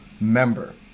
member